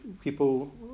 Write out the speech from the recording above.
people